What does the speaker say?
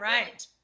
Right